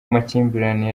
amakimbirane